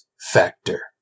Factor